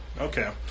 Okay